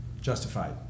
Justified